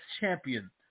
champion